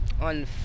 on